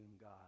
God